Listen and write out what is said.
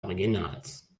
originals